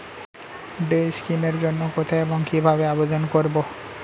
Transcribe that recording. Day scheme এর জন্য কোথায় এবং কিভাবে আবেদন করব?